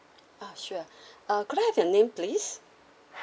uh sure uh could I have your name please